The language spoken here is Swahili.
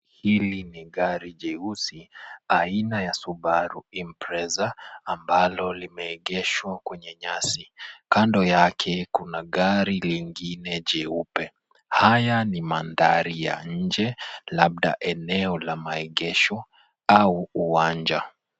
Hili ni gari jeusi aina ya Subaru Impreza ambalo limeegeshwa kwenye nyasi, kando yake kuna gari lingine jeupe. Haya ni mandhari ya nje labda eneo la maegesho au uwanja.